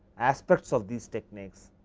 aspect of these techniques,